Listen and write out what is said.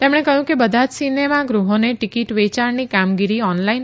તેમણે કહ્યું કેબધા જ સિનેમાગૃહોને ટીકીટ વેયાણની કામગીરી ઓનલાઇન